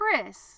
Chris